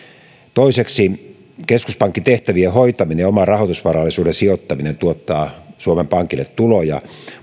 toiseksi keskuspankin tehtävien hoitaminen ja oman rahoitusvarallisuuden sijoittaminen tuottaa suomen pankille tuloja